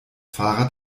fahrrad